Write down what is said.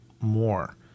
more